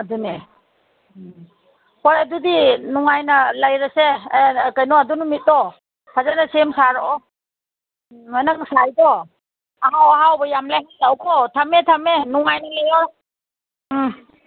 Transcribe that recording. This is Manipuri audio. ꯑꯗꯨꯅꯦ ꯎꯝ ꯍꯣꯏ ꯑꯗꯨꯗꯤ ꯅꯨꯡꯉꯥꯏꯅ ꯂꯩꯔꯁꯦ ꯑꯦ ꯀꯩꯅꯣ ꯑꯗꯨ ꯅꯨꯃꯤꯠꯇꯣ ꯐꯖꯅ ꯁꯦꯝ ꯁꯥꯔꯛꯑꯣ ꯎꯝ ꯅꯪ ꯁꯥꯏꯗꯣ ꯑꯍꯥꯎ ꯑꯍꯥꯎꯕ ꯌꯥꯝ ꯂꯩꯍꯜꯂꯛꯑꯣꯀꯣ ꯊꯝꯃꯦ ꯊꯝꯃꯦ ꯅꯨꯡꯉꯥꯏꯅ ꯂꯩꯌꯣ ꯎꯝ